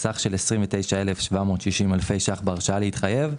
וסך של 29,760 אלפי ש"ח בהרשאה להתחייב,